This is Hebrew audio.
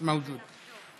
מיש מווג'וד.